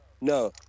no